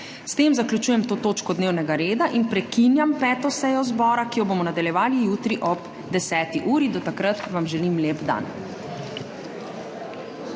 S tem zaključujem to točko dnevnega reda. Prekinjam 5. sejo Državnega zbora, ki jo bomo nadaljevali jutri ob 10. uri. Do takrat vam želim lep dan!